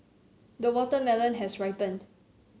the watermelon has ripened